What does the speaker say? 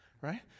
right